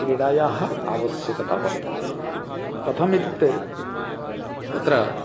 क्रीडायाः आवश्यकता वर्तते कथम् इत्युक्ते तत्र